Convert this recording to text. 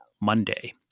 Monday